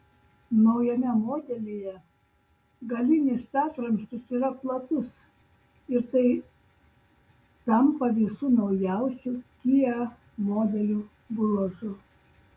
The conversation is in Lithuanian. naujame modelyje galinis statramstis yra platus ir tai tampa visų naujausių kia modelių bruožu